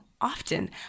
often